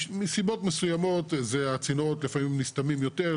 מסיבות מסוימות הצינורות לפעמים נסתמים יותר,